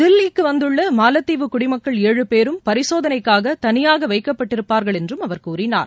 தில்லிக்கு வந்துள்ள மாலத்தீவு குடிமக்கள் ஏழு பேரும் பரிசோதனைக்காக தனியாக வைக்கப்பட்டிருப்பார்கள் என்றும் அவர் கூறினார்